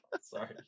Sorry